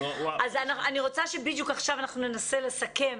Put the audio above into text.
אני רוצה שעכשיו אנחנו ננסה לסכם.